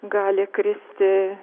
gali kristi